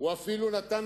הוא אפילו דיבר